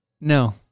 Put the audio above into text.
No